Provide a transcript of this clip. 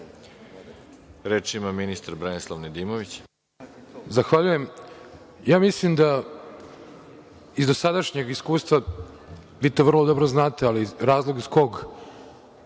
Reč ima ministar Branislav Nedimović.